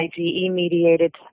IgE-mediated